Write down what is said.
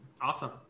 Awesome